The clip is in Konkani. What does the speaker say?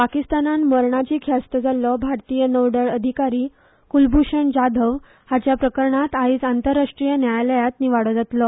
पाकिस्तानान मरणाची ख्यास्त जाल्लो भारतीय नौदळ अधिकारी कुलभुषण जाधव हाच्या प्रकरणात आयज आंतरराष्ट्रीय न्यायालयात निवाडो जातलो